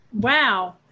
wow